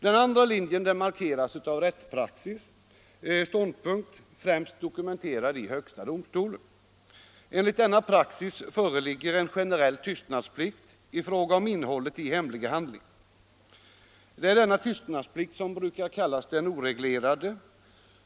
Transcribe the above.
Den andra linjen markeras av rättspraxis ståndpunkt, främst dokumenterad i högsta domstolen. Enligt denna praxis föreligger en generell tystnadsplikt i fråga om innehållet i hemlig handling. Det är denna tystnadsplikt som brukar kallas den oreglerade.